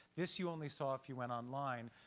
this you only saw if you went online,